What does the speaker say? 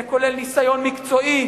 זה כולל ניסיון מקצועי,